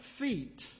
feet